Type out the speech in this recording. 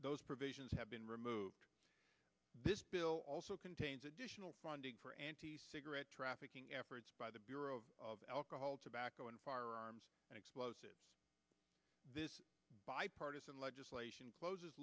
those provisions have been removed this bill also contains additional funding for cigarette trafficking efforts by the bureau of alcohol tobacco and firearms and explosives this bipartisan legislation closes